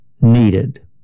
needed